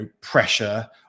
pressure